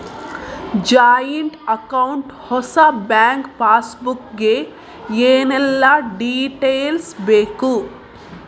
Joint account ಹೊಸ bank passbook ಗೆ ಏನೆಲ್ಲ ಡೀಟೇಲ್ಸ್ ಬೇಕು?